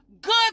good